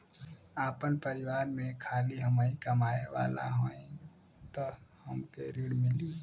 आपन परिवार में खाली हमहीं कमाये वाला हई तह हमके ऋण मिली?